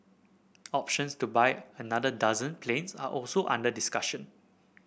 options to buy another dozen planes are also under discussion